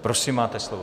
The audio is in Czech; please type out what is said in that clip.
Prosím, máte slovo.